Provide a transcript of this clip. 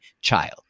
child